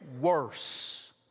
worse